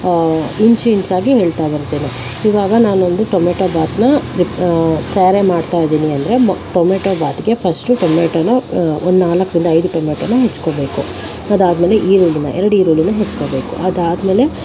ಇಂಚಿಂಚಾಗಿ ಹೇಳ್ತಾ ಬರ್ತೇನೆ ಇವಾಗ ನಾನೊಂದು ಟೊಮೆಟೊ ಭಾತ್ನ ತಯಾರಿ ಮಾಡ್ತಾ ಇದ್ದೀನಿ ಅಂದರೆ ಟೊಮೆಟೊ ಭಾತ್ಗೆ ಫಸ್ಟು ಟೊಮೆಟೊನ ಒಂದು ನಾಲ್ಕರಿಂದ ಐದು ಟೊಮೆಟೊನ ಹೆಚ್ಕೊಬೇಕು ಅದಾದಮೇಲೆ ಈರುಳ್ಳಿನ ಎರಡು ಈರುಳ್ಳಿನ ಹೆಚ್ಕೊಬೇಕು ಅದಾದಮೇಲೆ